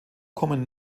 kommen